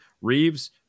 reeves